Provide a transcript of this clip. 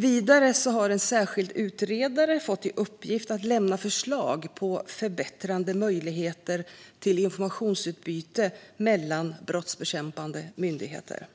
Vidare har en särskild utredare fått i uppgift att lämna förslag på förbättrade möjligheter till informationsutbyte mellan brottsbekämpande myndigheter.